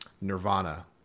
Nirvana